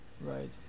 Right